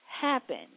happen